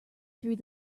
through